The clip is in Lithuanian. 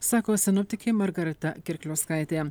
sako sinoptikė margarita kirkliauskaitė